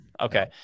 Okay